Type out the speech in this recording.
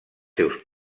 seus